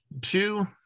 two